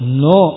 no